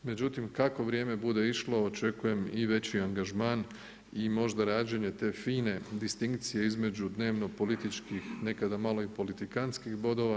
Međutim, kako vrijeme bude išlo očekujem i veći angažman i možda rađenje te fine distinkcije između dnevno-političkih, nekada malo i politikantskih bodova.